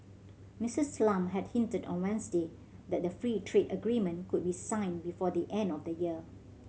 Missus Lam had hinted on Wednesday that the free trade agreement could be signed before the end of the year